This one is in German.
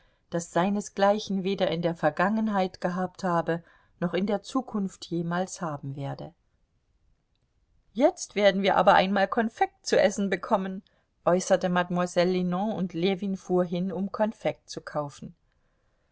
das seinesgleichen weder in der vergangenheit gehabt habe noch in zukunft jemals haben werde jetzt werden wir aber einmal konfekt zu essen bekommen äußerte mademoiselle linon und ljewin fuhr hin um konfekt zu kaufen